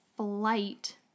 Flight